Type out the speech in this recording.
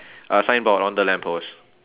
a signboard on the lamp post